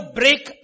break